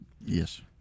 Yes